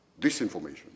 disinformation